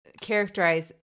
characterize